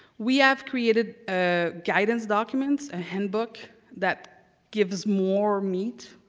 we have created ah guidance documents, ah handbook that gives more meat,